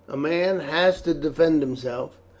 a man has to defend himself,